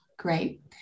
Great